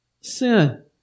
sin